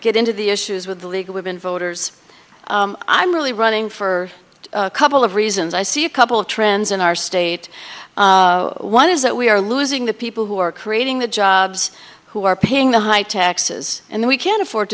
get into the issues with the league of women voters i'm really running for a couple of reasons i see a couple of trends in our state one is that we are losing the people who are creating the jobs who are paying the high taxes and we can't afford